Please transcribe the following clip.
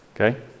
Okay